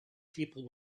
people